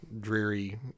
dreary